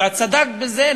ואת צדקת בזה,